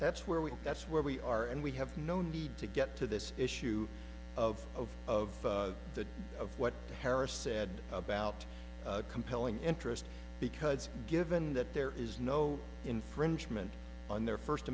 that's where we are that's where we are and we have no need to get to this issue of of of the of what harris said about compelling interest because given that there is no infringement on their first